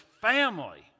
family